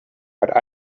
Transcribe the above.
but